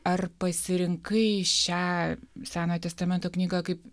ar pasirinkai šią senojo testamento knygą kaip